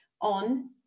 on